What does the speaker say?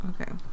Okay